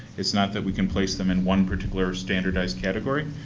it's not that we can place them in one particular standardized category,